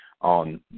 on